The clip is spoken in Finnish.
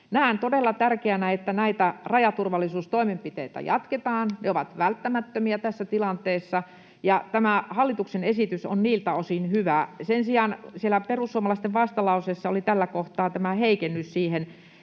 pääsisimme — että näitä rajaturvallisuustoimenpiteitä jatketaan. Ne ovat välttämättömiä tässä tilanteessa, ja tämä hallituksen esitys on niiltä osin hyvä. Sen sijaan siellä perussuomalaisten vastalauseessa oli tällä kohtaa heikennys siihen